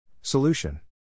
Solution